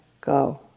go